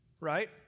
right